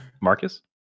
Marcus